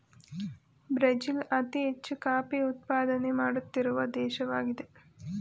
Brazil ಅತಿ ಹೆಚ್ಚು coffee ಉತ್ಪಾದನೆ ಮಾಡುತ್ತಿರುವ ದೇಶವಾಗಿದೆ